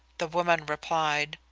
the woman replied,